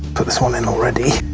put this one in already.